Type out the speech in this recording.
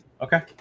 Okay